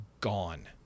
gone